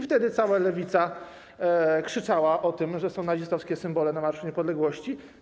Wtedy cała lewica krzyczała o tym, że nazistowskie symbole są na Marszu Niepodległości.